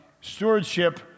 stewardship